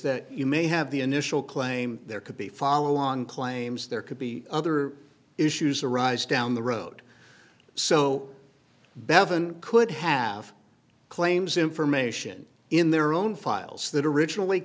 that you may have the initial claim there could be follow on claims there could be other issues arise down the road so bevan could have claims information in their own files that originally